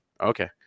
Okay